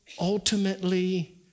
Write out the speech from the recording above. ultimately